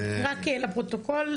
רק תאמר את תפקידך.